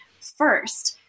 first